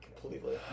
Completely